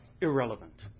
irrelevant